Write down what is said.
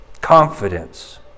Confidence